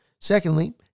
Secondly